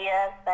Yes